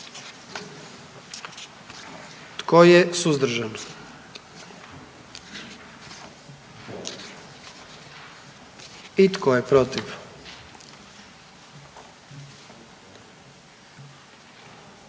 Tko je suzdržan? I tko je protiv?